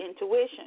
intuition